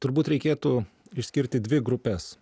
turbūt reikėtų išskirti dvi grupes